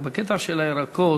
בקטע של הירקות,